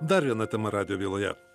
dar viena tema radijo byloje